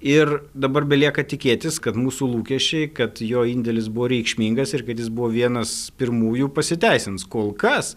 ir dabar belieka tikėtis kad mūsų lūkesčiai kad jo indėlis buvo reikšmingas ir kad jis buvo vienas pirmųjų pasiteisins kol kas